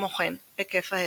וכמו כן היקף ההרס.